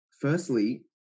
firstly